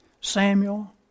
Samuel